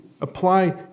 Apply